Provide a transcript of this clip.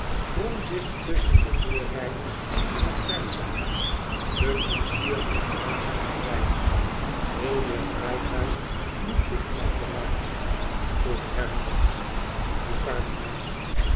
drong zich tusschen de voorrijders en het rijtuig de koetsier moest langzamer rijden wil je het rijtuig niet dicht laten maken vroeg herman ducardi